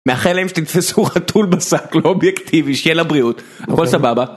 מאחל להם שתתפסו חתול בשק לא אובייקטיבי, שיהיה לבריאות, הכל סבבה.